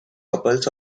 couples